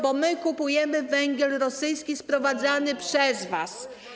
Bo my kupujemy węgiel rosyjski sprowadzany przez was.